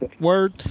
Word